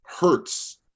hurts